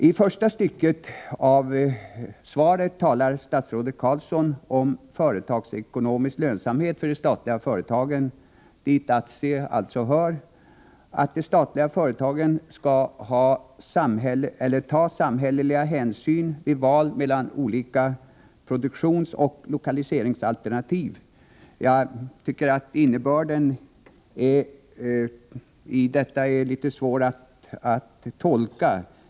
I första stycket av sitt svar talar statsrådet Carlsson om företagsekonomisk lönsamhet för de statliga företagen, dit ASSI alltså hör, och säger att de statliga företagen skall ta samhälleliga hänsyn vid val mellan olika produktionsoch lokaliseringsalternativ. Jag tycker att innebörden är litet svår att tolka.